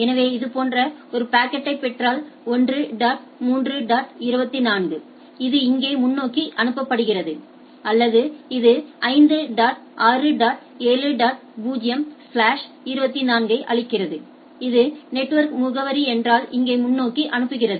எனவே இது போன்ற ஒரு பாக்கெட்டைப் பெற்றால் 1 டாட் 3 டாட் 24 இது இங்கே முன்னோக்கி அனுப்பப்படுகிறது அல்லது இது 5 டாட் 6 டாட் 7 டாட் 0 ஸ்லாஷ் 24 ஐ அளிக்கிறது இது நெட்வொர்க் முகவரி என்றால் இங்கே முன்னோக்கி அனுப்புகிறது